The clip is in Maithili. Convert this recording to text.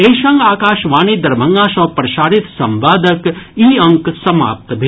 एहि संग आकाशवाणी दरभंगा सँ प्रसारित संवादक ई अंक समाप्त भेल